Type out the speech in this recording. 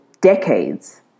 decades